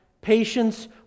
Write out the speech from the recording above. Patience